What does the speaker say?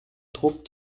druck